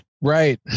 Right